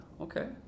okay